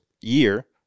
year